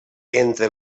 entre